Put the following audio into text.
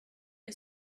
one